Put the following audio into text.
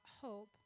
hope